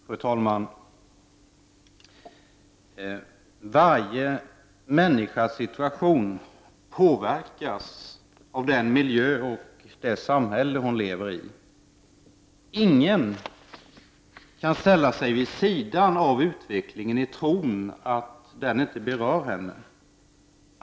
Fru talman! Varje människas situation påverkas av den miljö och det samhälle hon lever i. Ingen kan ställa sig vid sidan av utvecklingen i tron att den inte berör henne.